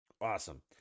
Awesome